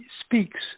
speaks